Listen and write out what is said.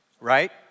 right